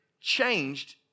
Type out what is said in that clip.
changed